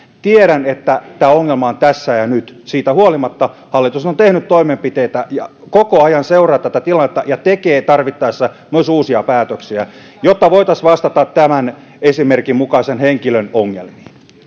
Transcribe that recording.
tiedän että tämä ongelma on tässä ja nyt mutta hallitus on tehnyt toimenpiteitä ja koko ajan seuraa tätä tilannetta ja tekee tarvittaessa myös uusia päätöksiä jotta voitaisiin vastata tämän esimerkin mukaisen henkilön ongelmiin